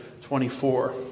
24